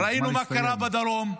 ראינו מה קרה בדרום.